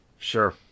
Sure